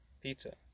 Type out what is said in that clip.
Peter